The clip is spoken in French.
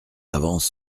avance